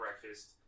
breakfast